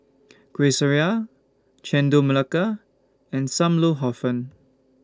Kueh Syara Chendol Melaka and SAM Lau Hor Fun